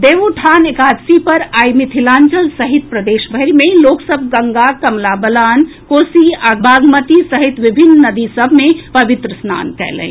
देव उठान एकादशी पर आइ मिथिलांचल सहित प्रदेशभरि मे लोक सभ गंगा कमला बलान कोसी आ बागमती सहित विभिन्न नदी सभ मे पवित्र स्नान कयलनि